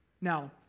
Now